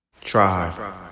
Try